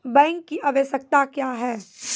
Bank की आवश्यकता क्या हैं?